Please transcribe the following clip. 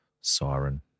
Siren